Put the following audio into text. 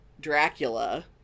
Dracula